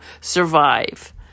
survive